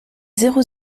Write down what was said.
zéro